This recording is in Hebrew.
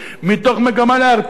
מתוך מגמה להרתיע,